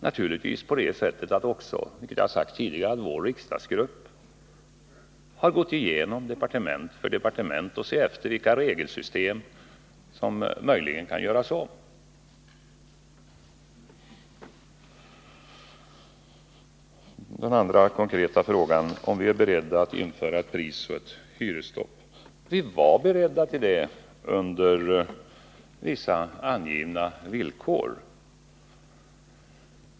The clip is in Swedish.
Naturligtvis är det också på det sättet, vilket jag sagt tidigare, att vår riksdagsgrupp har gått igenom departement för departement och diskuterat vilka regelsystem som möjligen kan göras om. Lars Werners konkreta fråga var om vi är beredda att införa ett prisoch lönestopp. Vi var beredda till det under vissa angivna villkor.